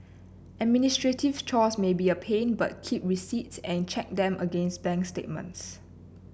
administrative chores may be a pain but keep receipts and check them against bank statements